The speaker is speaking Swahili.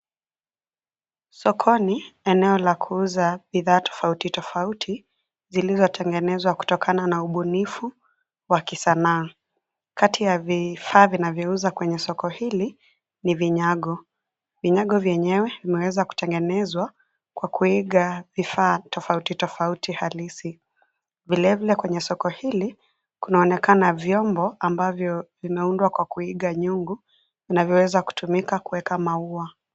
Sokoni, eneo la kuuza bidhaa tofauti tofauti, zilizotengenezwa kutokana na ubunifu, wa kisanaa, kati ya vifaa vinavyouzwa kwenye soko hili, ni vinyago, vinyago vyenyewe vimeweza kutengenezwa, kwa kuiga vifaa tofauti tofauti halisi, vile vile kwenye soko hili, kunaoneka vyombo ambavyo, vimeundwa kwa kuiga nyungu, vinavyoweza kutumika kuweka maua.